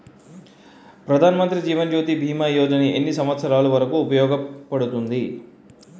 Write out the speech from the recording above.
ప్రధాన్ మంత్రి జీవన్ జ్యోతి భీమా యోజన ఎన్ని సంవత్సారాలు వరకు ఉపయోగపడుతుంది?